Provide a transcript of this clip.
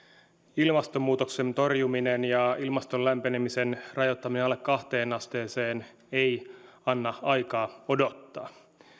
ilmastonmuutoksen torjuminen ja ilmaston lämpenemisen rajoittaminen alle kahteen asteeseen ei anna aikaa odottaa